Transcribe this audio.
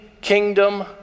kingdom